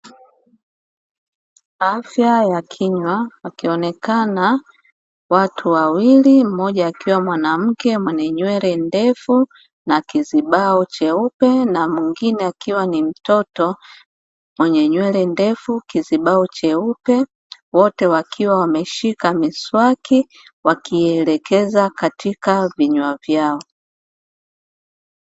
Afya ya kinywa, wakionekana watu wawili; mmoja akiwa mwanamke mwenye nywele ndefu na kizibao cheupe na mwingine akiwa ni mtoto mwenye nywele ndefu kizibao cheupe, wote wakiwa wameshika miswaki wakiielekeza katika vinywa vyao.